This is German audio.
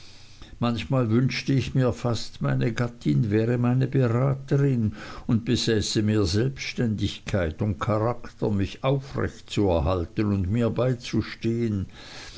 manchmal wünschte ich mir fast meine gattin wäre meine beraterin und besäße mehr selbständigkeit und charakter mich aufrecht zu erhalten und mir beizustehen